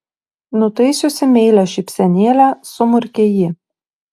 nutaisiusi meilią šypsenėlę sumurkė ji